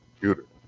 computer